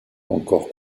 encore